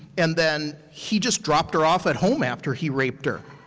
and then he just dropped her off at home after he raped her.